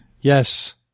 Yes